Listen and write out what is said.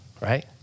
right